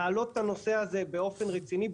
להעלות את הנושא הזה באופן רציני,